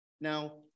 Now